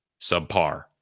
subpar